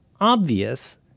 obvious